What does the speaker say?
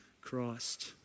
Christ